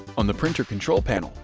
on the printer control panel,